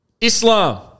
Islam